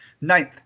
ninth